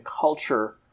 culture